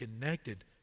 connected